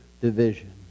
division